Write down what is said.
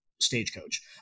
stagecoach